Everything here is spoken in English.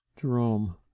Jerome